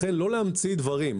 לכן לא להמציא דברים.